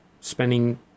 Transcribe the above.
spending